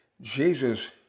Jesus